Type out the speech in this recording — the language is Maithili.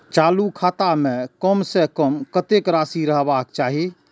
चालु खाता में कम से कम कतेक राशि रहबाक चाही?